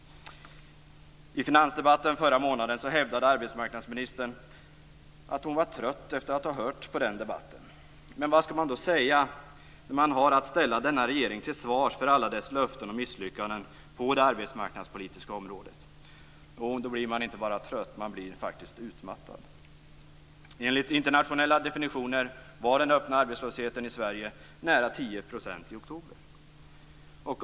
I finansdebatten förra månaden hävdade arbetsmarknadsministern att hon var trött efter att ha hört debatten. Vad skall man då säga när man har att ställa denna regering till svars för dess löften och misslyckanden på det arbetsmarknadspolitiska området? Då blir man inte bara trött, man blir faktiskt utmattad. Enligt internationella definitioner var den öppna arbetslösheten i Sverige nära 10 % i oktober.